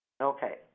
Okay